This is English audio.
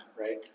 right